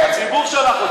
הציבור שלח אותי.